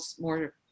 more